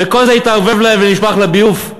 וכל זה התערבב להם ונשפך לביוב?